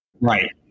Right